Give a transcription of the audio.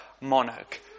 monarch